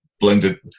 blended